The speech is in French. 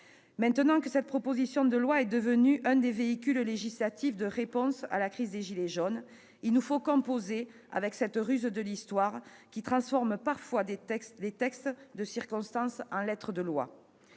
Maintenant que cette proposition de loi est devenue un des véhicules législatifs visant à apporter une réponse à la crise des « gilets jaunes », il nous faut composer avec cette ruse de l'histoire qui transforme parfois les textes de circonstance en lettres de loi.